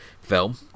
film